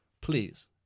please